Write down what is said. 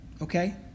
okay